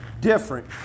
different